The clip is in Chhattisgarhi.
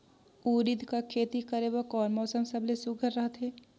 उरीद कर खेती करे बर कोन मौसम सबले सुघ्घर रहथे?